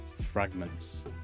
Fragments